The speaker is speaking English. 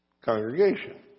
congregation